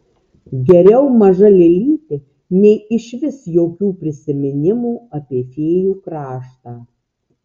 geriau maža lėlytė nei išvis jokių prisiminimų apie fėjų kraštą